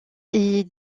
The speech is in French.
est